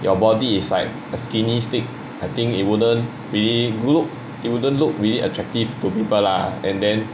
your body is like a skinny stick I think it wouldn't really look it wouldn't look really attractive to people lah and then